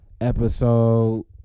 episode